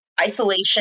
isolation